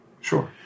Sure